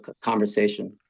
conversation